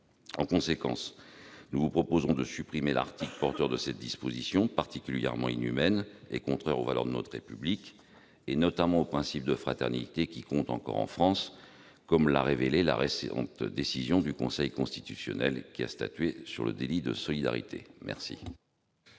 En conséquence, nous proposons de supprimer l'article comportant cette disposition particulièrement inhumaine et contraire aux valeurs de notre République, notamment au principe de fraternité, qui compte encore en France, comme l'a montré la récente décision du Conseil constitutionnel relative au délit de solidarité. Quel